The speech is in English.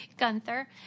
gunther